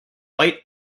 white